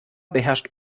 beherrscht